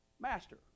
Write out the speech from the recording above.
master